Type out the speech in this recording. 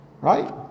Right